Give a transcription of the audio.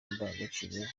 n’indangagaciro